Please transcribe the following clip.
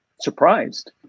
surprised